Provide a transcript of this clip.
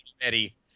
Eddie